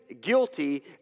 guilty